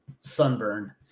sunburn